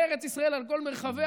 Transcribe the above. בארץ ישראל על כל מרחביה,